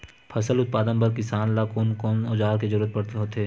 फसल उत्पादन बर किसान ला कोन कोन औजार के जरूरत होथे?